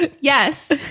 Yes